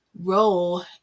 role